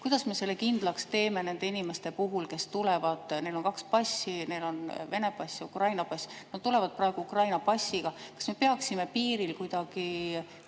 Kuidas me selle kindlaks teeme nende inimeste puhul, kes tulevad? Neil on kaks passi – neil on Venemaa pass ja Ukraina pass. Nad tulevad praegu Ukraina passiga. Kas me peaksime piiril kuidagi